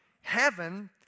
Heaven